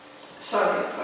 Sorry